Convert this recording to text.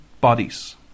bodies